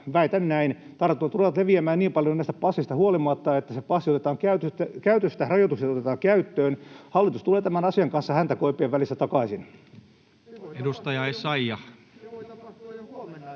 väitän näin. Tartunnat tulevat leviämään niin paljon näistä passeista huolimatta, että se passi otetaan käytöstä, rajoitukset otetaan käyttöön, hallitus tulee tämän asian kanssa häntä koipien välissä takaisin. [Aki